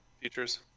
features